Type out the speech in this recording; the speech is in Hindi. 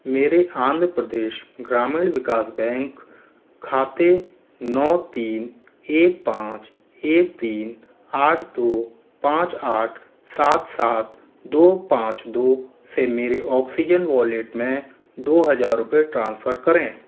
मेरे आंध्र प्रदेश ग्रामीण विकास बैंक खाते नौ तीन एक पाँच एक तीन आठ दो पाँच आठ सात सात दो पाँच दो से मेरे ऑक्सीजन वॉलेट में दो हज़ार रुपये ट्रांसफ़र करें